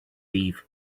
eve